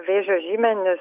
vėžio žymenis